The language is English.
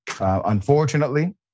Unfortunately